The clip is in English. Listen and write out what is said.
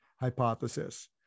hypothesis